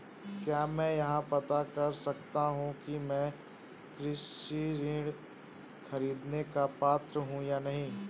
क्या मैं यह पता कर सकता हूँ कि मैं कृषि ऋण ख़रीदने का पात्र हूँ या नहीं?